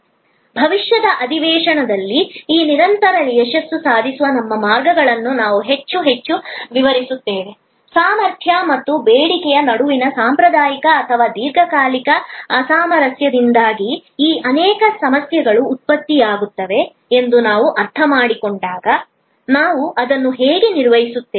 ಭವಿಷ್ಯದ ಅಧಿವೇಶನಗಳಲ್ಲಿ ಈ ನಿರಂತರ ಯಶಸ್ಸನ್ನು ಸಾಧಿಸುವ ನಮ್ಮ ಮಾರ್ಗಗಳನ್ನು ನಾವು ಹೆಚ್ಚು ಹೆಚ್ಚು ವಿವರಿಸುತ್ತೇವೆ ಸಾಮರ್ಥ್ಯ ಮತ್ತು ಬೇಡಿಕೆಯ ನಡುವಿನ ಸಾಂಪ್ರದಾಯಿಕ ಅಥವಾ ದೀರ್ಘಕಾಲಿಕ ಅಸಾಮರಸ್ಯದಿಂದಾಗಿ ಈ ಅನೇಕ ಸಮಸ್ಯೆಗಳು ಉತ್ಪತ್ತಿಯಾಗುತ್ತವೆ ಎಂದು ನಾವು ಅರ್ಥಮಾಡಿಕೊಂಡಾಗ ನಾವು ಅದನ್ನು ಹೇಗೆ ನಿರ್ವಹಿಸುತ್ತೇವೆ